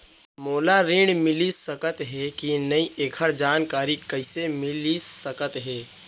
मोला ऋण मिलिस सकत हे कि नई एखर जानकारी कइसे मिलिस सकत हे?